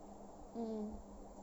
mm